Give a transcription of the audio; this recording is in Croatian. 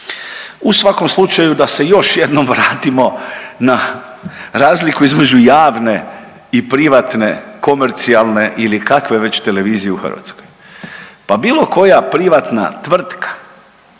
U svakom slučaju da se još jednom vratimo na razliku između javne i privatne, komercijalne ili kakve već televizije u Hrvatskoj. Pa bilo koja privatna tvrtka